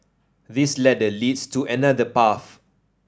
this ladder leads to another path